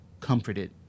comforted